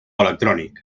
electrònic